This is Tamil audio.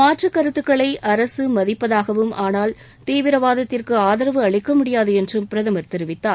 மாற்றுக் கருத்துக்களை அரசு மதிப்பதாகவும் ஆனால் தீவிரவாதத்திற்கு ஆதரவு அளிக்க முடியாது என்றும் பிரதமர் தெரிவித்தார்